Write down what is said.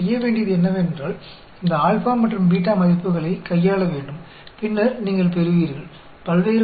बस इतना करना है कि इस α और β वैल्यू में हेरफेर करें और आपको विभिन्न प्रकार के कार्यों को प्राप्त करना होगा